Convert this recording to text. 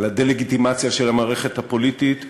על הדה-לגיטימציה של המערכת הפוליטית,